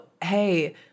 hey